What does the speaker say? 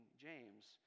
James